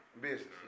Business